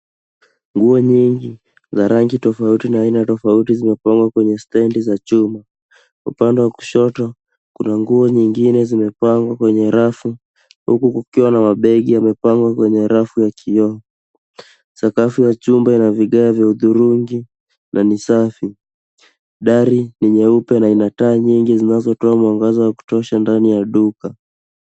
Nguo nyingi za rangi tofauti na aina tofauti zimepangwa kwenye stendi za chuma. Upande wa kushoto, kuna nguo zingine zimepangwa kwenye rafu huku kukiwa na mabegi yamepangwa kwenye rafu yaki. Sakafu ya chumba ina vigae vya hudhurungi na ni safi. Dari ni nyeupe na ina taa nyingi zinazotoa mwangaza wa kutosha ndani ya duka.